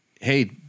hey